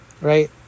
Right